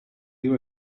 you